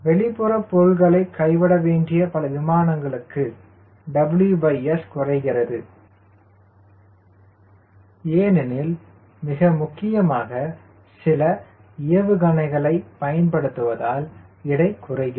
வெளிப்புற பொருள்களை கைவிட வேண்டிய பல விமானங்களுக்கு WS குறைகிறது ஏனெனில் மிக முக்கியமாக சில ஏவுகணைகளை பயன்படுத்துவதால் எடை குறைகிறது